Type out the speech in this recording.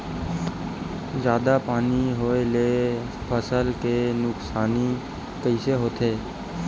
जादा पानी होए ले फसल के नुकसानी कइसे होथे?